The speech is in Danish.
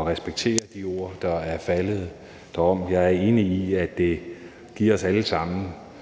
at respektere de ord, der er faldet derom. Jeg er enig i, at det giver os alle sammen